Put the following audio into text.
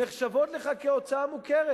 נחשבות לך כהוצאה מוכרת.